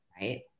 right